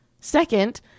Second